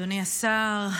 אדוני השר,